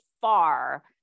far